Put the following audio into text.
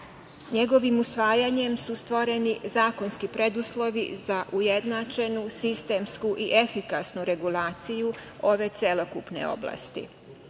Njegovim usvajanjem su stvoreni zakonski preduslovi za ujednačenu sistemsku i efikasnu regulaciju ove celokupne oblasti. Juna